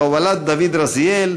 בהובלת דוד רזיאל,